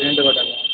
paint కొట్టాలా